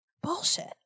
Bullshit